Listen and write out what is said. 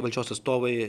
valdžios atstovai